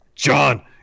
John